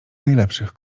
najlepszych